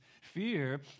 fear